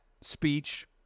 speech